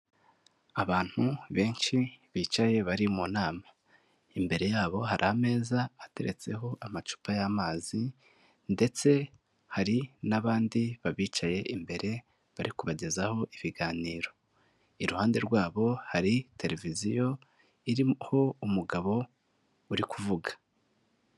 Abantu benshi bicaye bari mu nama, imbere yabo hari ameza hateretseho amacupa y'amazi ndetse hari n'abandi babicaye imbere bari kubagezaho ibiganiro, iruhande rwabo hari televiziyo iriho umugabo uri kuvuga.